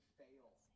fail